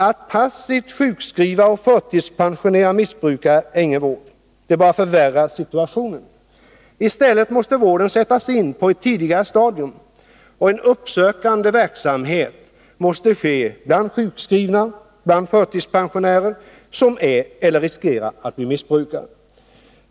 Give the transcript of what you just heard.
Att passivt sjukskriva och förtidspensionera missbrukare är ingen vård. Det bara förvärrar situationen. I stället måste vården sättas in på ett tidigare stadium. En uppsökande verksamhet måste bedrivas bland sjukskrivna och förtidspensionerade som är eller som riskerar att bli missbrukare.